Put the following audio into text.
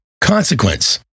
consequence